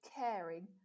caring